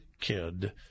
kid